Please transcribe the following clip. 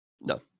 No